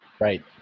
Right